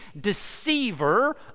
deceiver